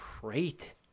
great